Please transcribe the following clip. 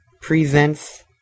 presents